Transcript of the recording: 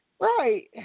Right